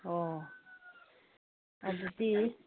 ꯑꯣ ꯑꯗꯨꯗꯤ